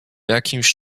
jakimś